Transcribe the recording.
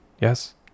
Yes